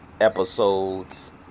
episodes